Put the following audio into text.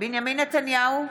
בנימין נתניהו,